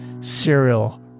cereal